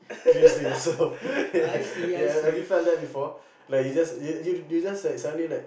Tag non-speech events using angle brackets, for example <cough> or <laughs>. crease to yourself <laughs> ya ya have you done that before like you just you you you just like suddenly like